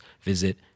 visit